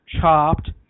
chopped